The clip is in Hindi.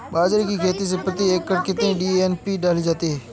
बाजरे की खेती में प्रति एकड़ कितनी डी.ए.पी डालनी होगी?